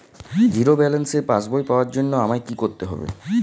Zero ব্যালেন্সের পাসবই পাওয়ার জন্য আমায় কী করতে হবে?